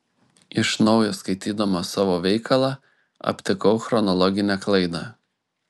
iš naujo skaitydamas savo veikalą aptikau chronologinę klaidą